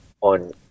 on